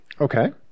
Okay